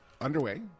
underway